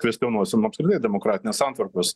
kvestionuosim apskritai demokratinės santvarkos